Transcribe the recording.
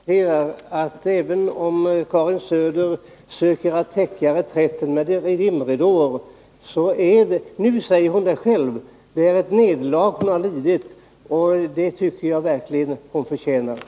Herr talman! Jag konstaterar att Karin Söder, även om hon försöker täcka reträtten med dimridåer, har lidit ett nederlag. Nu säger hon själv att det är så, och jag tycker verkligen hon har förtjänat det.